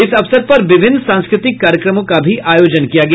इस अवसर पर विभिन्न सांस्कृतिक कार्यक्रमों का भी आयोजन किया गया